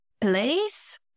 place